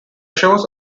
shows